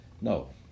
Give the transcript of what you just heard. No